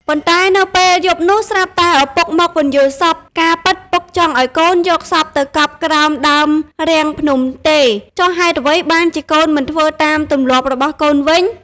ប៉ុន្តែនៅពេលយប់នោះ ស្រាប់តែឪពុកមកពន្យល់សប្តិ ការពិតពុក ចង់ឱ្យកូនយកសពទៅកប់ក្រោមដើមរាំងភ្នំទេ! ចុះហេតុអ្វីបានជាកូនមិនធ្វើ តាមទម្លាប់របស់កូនវិញ? ។